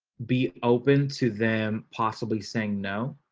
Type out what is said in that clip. be open to them possibly saying no.